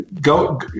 go